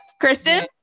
Kristen